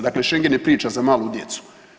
Dakle, Šengen je priča za malu djecu.